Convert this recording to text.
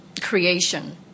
creation